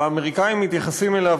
והאמריקנים מתייחסים אליו,